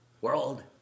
world